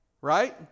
right